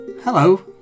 Hello